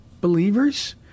believers